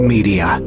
Media